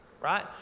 right